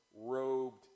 robed